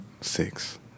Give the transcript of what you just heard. Six